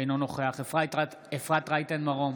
אינו נוכח אפרת רייטן מרום,